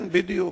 כן, בדיוק.